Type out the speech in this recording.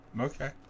Okay